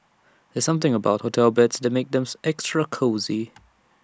there's something about hotel beds that makes them extra cosy